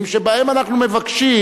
בה, יש מקרים שבהם אנחנו מבקשים,